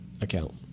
account